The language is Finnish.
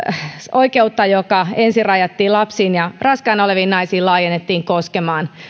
oikeutta joka ensin rajattiin lapsiin ja raskaana oleviin naisiin laajennettiin koskemaan